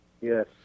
Yes